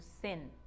sin